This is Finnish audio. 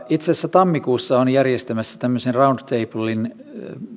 itse asiassa tammikuussa olen järjestämässä tämmöisen round tablen